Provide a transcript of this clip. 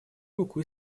руку